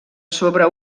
sobre